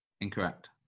Incorrect